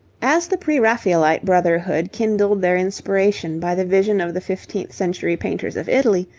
as the pre-raphaelite brotherhood kindled their inspiration by the vision of the fifteenth-century painters of italy,